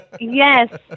Yes